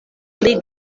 pli